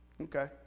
Okay